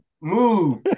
move